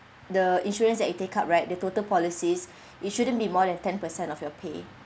the insurance that you take up right the total policies it shouldn't be more than ten percent of your pay